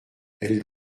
elle